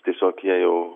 tiesiog jie jau